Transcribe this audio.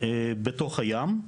בתוך הים.